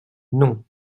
non